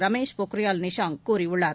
ரமேஷ் பொக்கிரியால் நிஷாங்க் கூறியுள்ளார்